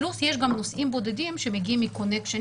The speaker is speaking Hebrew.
פלוס יש גם נוסעים בודדים שמגיעים מטיסות המשך,